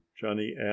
Johnny